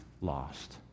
lost